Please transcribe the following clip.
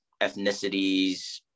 ethnicities